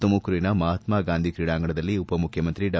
ತುಮಕೂರಿನ ಮಹತ್ಮಾಗಾಂಧಿ ಕ್ರೀಡಾಂಗಣದಲ್ಲಿ ಉಪಮುಖ್ಯಮಂತ್ರಿ ಡಾ